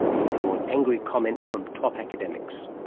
and drawn angry comments from top academics.